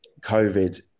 COVID